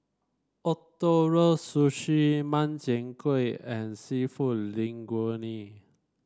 Ootoro Sushi Makchang Gui and seafood Linguine